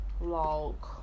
log